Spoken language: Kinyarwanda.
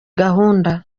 gahunda